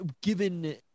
given